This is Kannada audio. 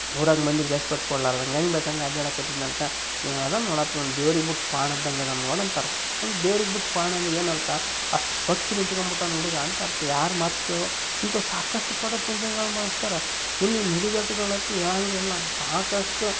ಊರಾಗ ಮಂದಿಗೆ ರೆಸ್ಪೆಕ್ಟ್ ಕೊಟ್ಕೊಳ್ಳಲಾರದಂಗ್ ಹೆಂಗ್ ಬೇಕು ಹಂಗ್ ಅಡ್ಡಾಡಕತ್ತೀದ್ನ ಅನ್ಕೋ ಇದ್ದಾನ್ ನೋಡಪ್ಪ ಇವ್ನು ದೇವ್ರಿಗೆ ಬಿಟ್ ಕೋಣ ಇದ್ದಾಂಗೆ ಇದಾನ್ ನೋಡು ಅಂತಾರೆ ದೇವ್ರಿಗೆ ಬಿಟ್ ಕೋಣ ಅಂದ್ರೆ ಏನರ್ಥ ಅಷ್ಟು ಸೊಕ್ಕಿನಿಂತ್ಕೊಂಬಿಟ್ಟಾನೆ ಹುಡ್ಗ ಅಂತಾರ್ಥ ಯಾರ ಮಾತು ಕೇಳೋಲ್ಲಾ ಇಂಥವ್ ಸಾಕಷ್ಟು ಪದ ಪುಂಜಗಳು ಬಳಸ್ತಾರ ಇನ್ನು ನುಡಿಗಟ್ಟುಗಳಂತು ಹೇಳೋಂಗಿಲ್ಲ ಸಾಕಷ್ಟು